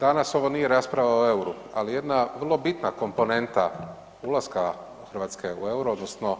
Danas ovo nije rasprava o euru, ali jedna vrlo bitna komponenta ulaska Hrvatske u euro odnosno